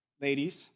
Ladies